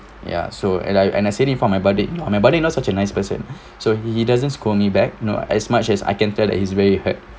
ya so and I and I said it in front of my buddy ah my buddy you know such a nice person so he he doesn't scold me back you know as much as I can tell that he's very hurt